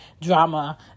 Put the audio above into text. drama